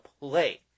play